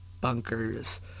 bunkers